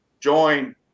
join